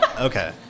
Okay